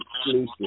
exclusive